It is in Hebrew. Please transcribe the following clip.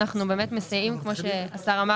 כמו שאמר השר,